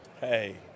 Hey